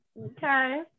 Okay